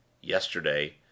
yesterday